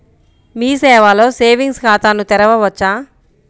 మీ సేవలో సేవింగ్స్ ఖాతాను తెరవవచ్చా?